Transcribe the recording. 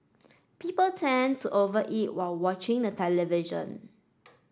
people tend to over eat while watching the television